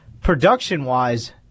production-wise